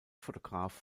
fotograf